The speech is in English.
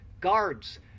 guards